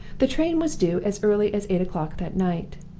the train was due as early as eight o'clock that night.